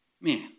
Man